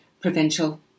provincial